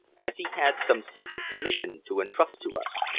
as he had some secret commission to entrust to us.